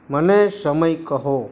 મને સમય કહો